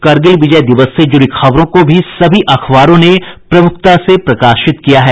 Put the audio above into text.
करगिल विजय दिवस से जुड़ी खबरों को भी सभी अखबारों ने प्रमुखता से प्रकाशित किया है